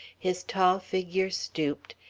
his tall figure stooped,